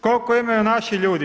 Koliko imaju naši ljudi?